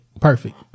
perfect